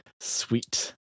Sweet